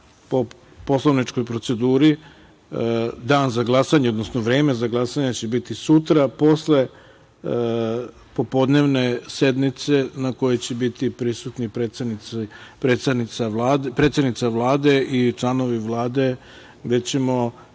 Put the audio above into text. po poslovničkoj proceduri, dan za glasanje, odnosno vreme za glasanje biti sutra posle popodnevne sednice na kojoj će biti prisutni predsednica Vlade i članovi Vlade, gde ćemo